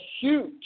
huge